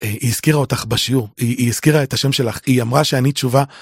היא הזכירה אותך בשיעור היא הזכירה את השם שלך היא אמרה שענית תשובה.